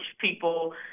people